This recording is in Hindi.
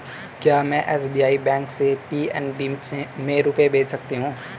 क्या में एस.बी.आई बैंक से पी.एन.बी में रुपये भेज सकती हूँ?